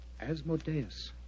Asmodeus